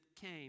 came